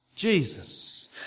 Jesus